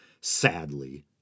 sadly